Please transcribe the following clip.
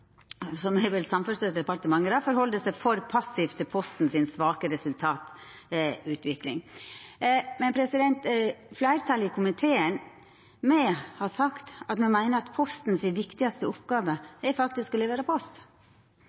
som vel er Samferdselsdepartementet, held seg for passivt til Postens svake resultatutvikling. Fleirtalet i komiteen meiner at Postens viktigaste oppgåver faktisk er å levera post.